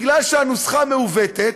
מכיוון שהנוסחה מעוותת,